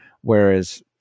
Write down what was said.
whereas